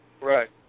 Right